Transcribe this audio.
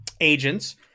agents